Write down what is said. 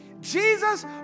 Jesus